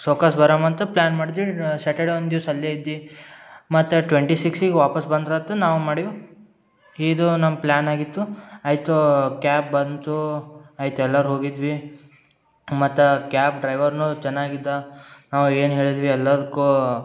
ಸವ್ಕಾಶ ಬರಮ ಅಂತ ಪ್ಲ್ಯಾನ್ ಮಾಡ್ದ್ವಿ ರ್ ಶ್ಯಾಟರ್ಡೆ ಒಂದಿವಸ ಅಲ್ಲೇ ಇದ್ದು ಮತ್ತೆ ಟ್ವೆಂಟಿ ಸಿಕ್ಸಿಗೆ ವಾಪಸ್ ಬಂದ್ರಾತು ನಾವು ಮಾಡೀವಿ ಇದು ನಮ್ಮ ಪ್ಲ್ಯಾನ್ ಆಗಿತ್ತು ಆಯಿತು ಕ್ಯಾಬ್ ಬಂತು ಆಯ್ತು ಎಲ್ಲರು ಹೋಗಿದ್ವಿ ಮತ್ತು ಕ್ಯಾಬ್ ಡ್ರೈವರ್ನು ಚೆನ್ನಾಗಿದ್ದ ನಾವು ಏನು ಹೇಳಿದ್ವಿ ಎಲ್ಲಾದಕ್ಕೂ